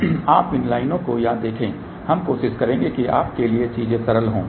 अब आप इन लाइनों को यहाँ देखें हम कोशिश करेंगे कि आप के लिये चीजें सरल हों